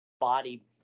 body-